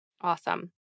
Awesome